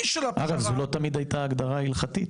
אגב, זו לא תמיד הייתה הגדרה הלכתית.